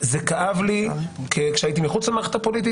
זה כאב לי כשהייתי מחוץ למערכת הפוליטית